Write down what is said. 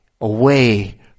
away